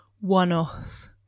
one-off